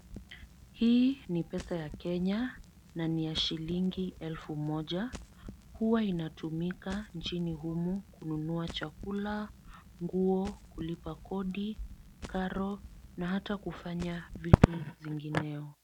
Hii ni pesa ya Kenya na ni ya shilingi elfu moja. Huwa inatumika nchini humu kununua chakula, nguo, kulipa kodi, karo na hata kufanya vitu zingineo.